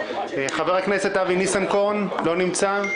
חבר הכנסת אבי ניסנקורן לא נמצא.